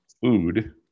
food